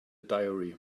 diary